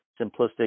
simplistic